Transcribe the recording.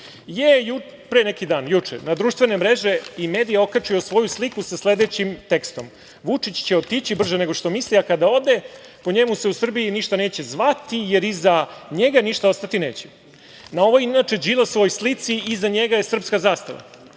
je pre neki dan, juče, na društvene mreže i medije okačio svoju sliku sa sledećim tekstom – Vučić će otići brže nego što misli, a kada ode po njemu se u Srbiji ništa neće zvati, jer iza njega ništa ostati neće. Inače, na ovoj Đilasovoj slici iza njega je srpska zastava.